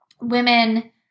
women